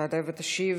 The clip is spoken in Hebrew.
תשיב,